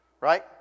right